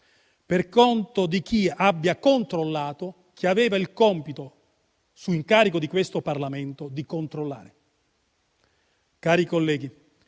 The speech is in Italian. per conto di chi abbia controllato chi aveva il compito, su incarico di questo Parlamento, di controllare. Cari colleghi,